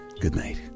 goodnight